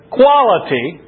quality